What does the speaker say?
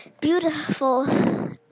beautiful